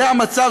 זה המצב,